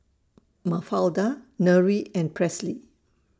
Mafalda Nery and Presley